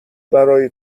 برای